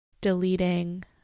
deleting